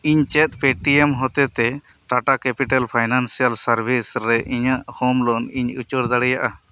ᱤᱧ ᱪᱮᱫ ᱯᱮᱴᱤᱭᱮᱢ ᱦᱚᱛᱮ ᱛᱮ ᱴᱟᱴᱟ ᱠᱮᱯᱤᱴᱮᱞ ᱯᱷᱟᱭᱱᱟᱱᱥᱤᱭᱟᱞ ᱥᱟᱨᱵᱷᱤᱥ ᱨᱮ ᱤᱧᱟᱜ ᱦᱳᱢ ᱞᱳᱱ ᱤᱧ ᱩᱪᱟᱹᱲ ᱫᱟᱲᱮᱭᱟᱜ ᱟ